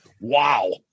wow